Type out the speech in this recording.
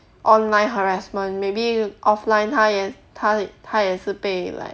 online harassment maybe offline 她也她她也是被 like